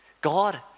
God